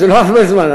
וזה לא הרבה זמן,